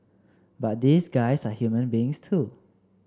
but these guys are human beings too